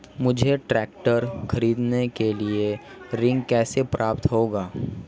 मुझे ट्रैक्टर खरीदने के लिए ऋण कैसे प्राप्त होगा?